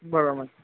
बरोबर